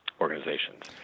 organizations